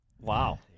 Wow